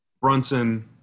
Brunson